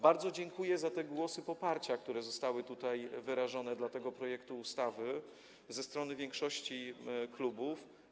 Bardzo dziękuję za głosy poparcia, które zostały wyrażone dla tego projektu ustawy ze strony większości klubów.